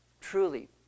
truly